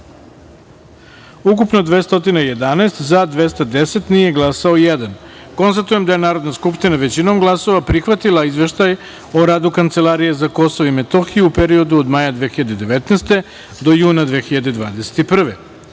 ukupno - 211, za - 210, nije glasao jedan. Konstatujem da je Narodna skupština, većinom glasova, prihvatila Izveštaj o radu Kancelarije za Kosovo i Metohiju u periodu od maja 2019. do juna 2021.